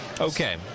Okay